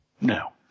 No